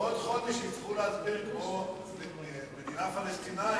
השר יוסי פלד ישיב בשם הממשלה.